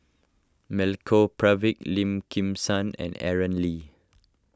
Milenko Prvacki Lim Kim San and Aaron Lee